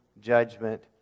judgment